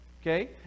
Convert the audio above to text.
Okay